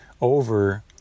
over